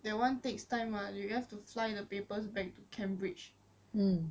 that one takes time what you you have to fly in the papers back to cambridge